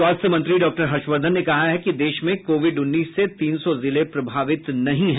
स्वास्थ्य मंत्री डॉ हर्षवर्धन ने कहा है कि देश में कोविड उन्नीस से तीन सौ जिले प्रभावित नहीं है